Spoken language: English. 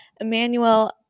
Emmanuel